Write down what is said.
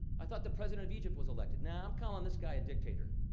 i thought the president of egypt was elected. nah, i'm calling this guy a dictator.